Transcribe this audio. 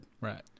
Right